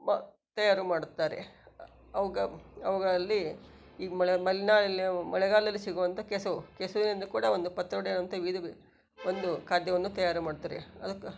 ಬ ತಯಾರಿ ಮಾಡುತ್ತಾರೆ ಅವುಗಳ ಅವುಗಳಲ್ಲಿ ಈ ಮಲೆ ಮಲೆನಾಡಲ್ಲಿ ಮಳೆಗಾಲದಲ್ಲಿ ಸಿಗುವಂಥ ಕೆಸುವು ಕೆಸುವಿನಿಂದ ಕೂಡ ಒಂದು ಪತ್ರೊಡೆ ಅಂಥ ವಿವಿಧ ಒಂದು ಖಾದ್ಯವನ್ನು ತಯಾರಿ ಮಾಡುತ್ತಾರೆ ಅದಕ್ಕೆ